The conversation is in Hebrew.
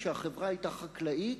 כשהחברה היתה חקלאית.